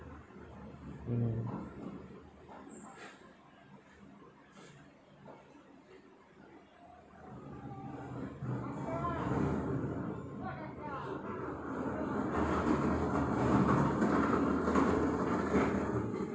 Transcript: mm